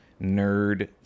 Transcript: nerd